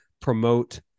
promote